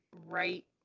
right